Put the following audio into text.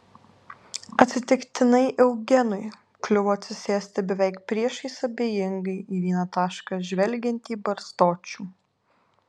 atsitiktinai eugenui kliuvo atsisėsti beveik priešais abejingai į vieną tašką žvelgiantį barzdočių